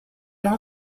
not